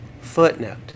footnote